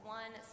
one